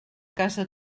casa